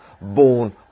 Born